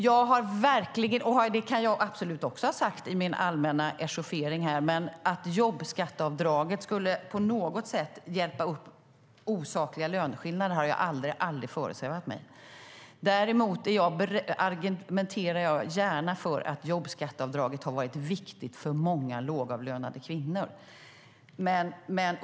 Jag kan absolut i min allmänna echauffering ha sagt något om jobbskatteavdraget. Men att det på något sätt skulle hjälpa upp osakliga löneskillnader har aldrig föresvävat mig. Däremot argumenterar jag gärna för att jobbskatteavdraget har varit viktigt för många lågavlönade kvinnor.